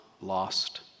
lost